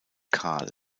kahl